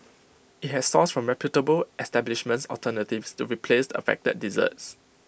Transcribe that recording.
IT has sourced from reputable establishments alternatives to replace the affected desserts